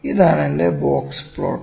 ഇതാണ് എന്റെ box plot